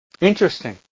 Interesting